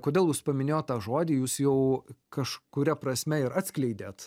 kodėl jūs paminėjot tą žodį jūs jau kažkuria prasme ir atskleidėt